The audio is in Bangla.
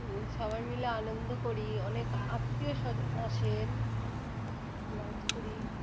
সবাই মিলে আনন্দ করি অনেক আত্মীয় স্বজন আসেন নাচ করি